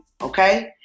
okay